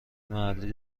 محلی